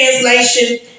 Translation